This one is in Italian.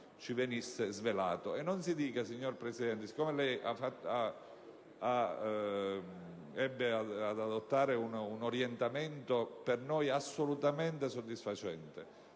Infatti, signor Presidente, lei ebbe ad adottare un orientamento per noi assolutamente soddisfacente